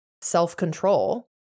self-control